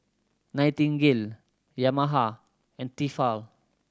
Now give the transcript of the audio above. Nightingale Yamaha and Tefal